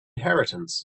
inheritance